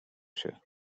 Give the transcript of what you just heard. się